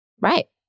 Right